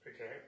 Okay